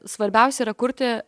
svarbiausia yra kurti